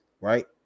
right